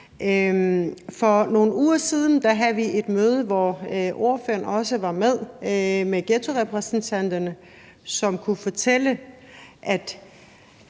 For nogle uger siden havde vi et møde, hvor ordføreren også var med, med Ghettorepræsentanterne, som kunne fortælle om